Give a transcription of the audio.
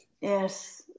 Yes